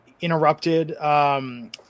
interrupted